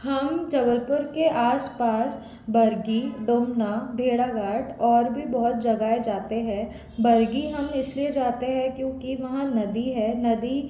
हम जबलपुर के आस पास बरगी डोमना भेड़ाघाट और भी बहुत जगहें जाते हैं बरगी हम इस लिए जाते हैं क्योंकि वहाँ नदी है नदी